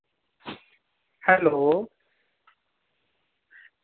hello